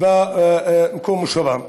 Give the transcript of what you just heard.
במקום מושבם,